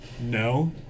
No